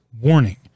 warning